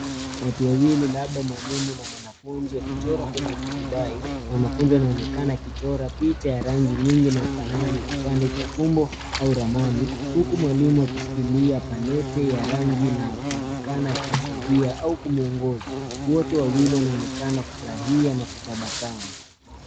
Watu wawili labda mwalimu na mwanafunzi wakichora kwenye turubai. Mwanafunzi anaonekana akichora picha ya rangi nyingi iliyofanana na kipande cha fumbo au ramani huku mwalimu akishikilia mapete ya rangi na kuonekana kumsaidia au kumwongoza. Wote wawili wanaonekana kufurahia na kutabasamu.